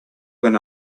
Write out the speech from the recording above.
when